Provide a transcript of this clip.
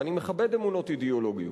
ואני מכבד אמונות אידיאולוגיות,